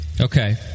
Okay